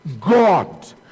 God